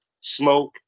Smoke